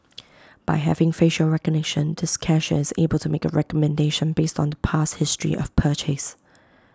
by having facial recognition this cashier is able to make A recommendation based on the past history of purchase